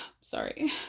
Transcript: sorry